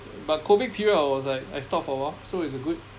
but COVID period I was like I stopped for a while so it's a good